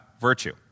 virtue